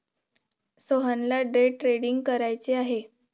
सोहनला day trading करायचे आहे